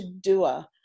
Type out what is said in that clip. doer